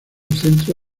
centro